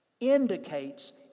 Indicates